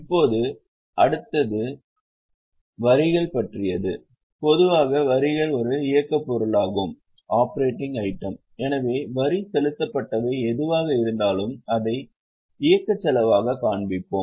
இப்போது அடுத்தது வரிகள் பற்றியது பொதுவாக வரிகள் ஒரு இயக்கப் பொருளாகும் எனவே வரி செலுத்தப்பட்டவை எதுவாக இருந்தாலும் அதை இயக்கச் செலவாகக் காண்பிப்போம்